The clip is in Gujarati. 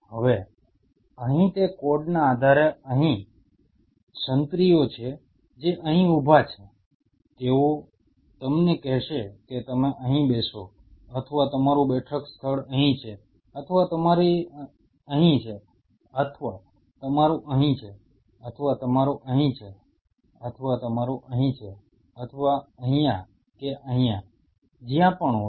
હવે અહીં તે કોડના આધારે અહીં સંત્રીઓ છે જે અહીં ઉભા છે તેઓ તમને કહેશે કે તમે અહીં બેસો અથવા તમારું બેઠક સ્થળ અહીં છે અથવા તમારું અહીં છે અથવા તમારું અહીં છે અથવા તમારું અહીં છે અથવા તમારું અહીં છે અથવા અહીંયા કે અહીંયા જ્યાં પણ હોય